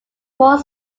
four